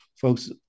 folks